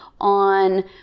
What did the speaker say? on